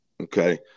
Okay